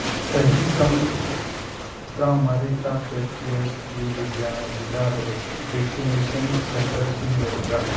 ꯆꯍꯤ ꯀꯥꯡꯂꯨꯞ ꯇꯔꯥꯃꯉꯥꯗꯒꯤ ꯇꯔꯥꯇꯔꯦꯠ ꯏꯌꯥꯔꯁꯒꯤ ꯂꯨꯗꯤꯌꯥꯅ ꯖꯤꯂꯥꯗ ꯚꯦꯛꯁꯤꯅꯦꯁꯟ ꯁꯦꯟꯇꯔꯁꯤꯡ ꯂꯩꯕ꯭ꯔꯥ